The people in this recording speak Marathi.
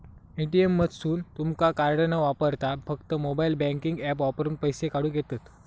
ए.टी.एम मधसून तुमका कार्ड न वापरता फक्त मोबाईल बँकिंग ऍप वापरून पैसे काढूक येतंत